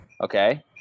okay